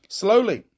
slowly